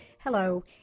Hello